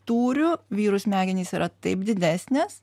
tūriu vyrų smegenys yra taip didesnės